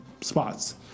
spots